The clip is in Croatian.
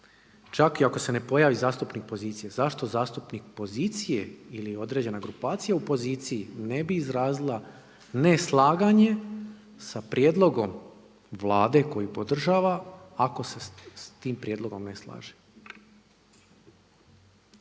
Čak i ako se ne pojavi zastupnik pozicije, zašto zastupnik pozicije ili određena grupacija u poziciji ne bi izrazila ne slaganje sa prijedlogom Vlade koju podržava ako se sa tim prijedlogom ne slaže?